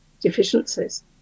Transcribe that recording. deficiencies